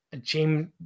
james